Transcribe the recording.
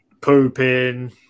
pooping